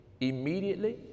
Immediately